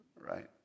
right